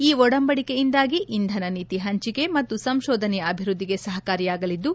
ಈ ಒಡಂಬಡಿಕೆಯಿಂದಾಗಿ ಇಂಧನ ನೀತಿ ಹಂಚಿಕೆ ಮತ್ತು ಸಂಶೋಧನೆಯ ಅಭಿವೃದ್ದಿಗೆ ಸಹಕಾರಿಯಾಗಲಿದ್ದು